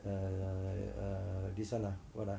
uh uh this [one] ah what ah